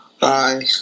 Bye